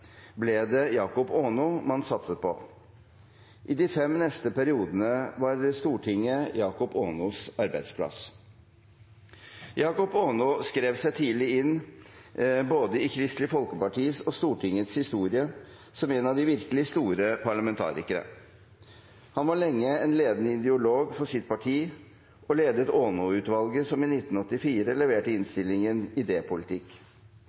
ble det Jakob Aano man satset på. I de fem neste periodene var Stortinget Jakob Aanos arbeidsplass. Jakob Aano skrev seg tidlig inn i både Kristelig Folkepartis og Stortingets historie som en av de virkelig store parlamentarikere. Han var lenge en ledende ideolog for sitt parti og ledet Aano-utvalget, som i 1984 leverte